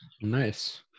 Nice